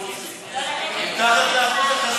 מי נמנע?